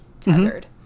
tethered